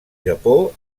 japó